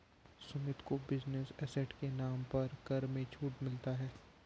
सुमित को business asset के नाम पर कर में छूट मिलता है